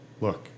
look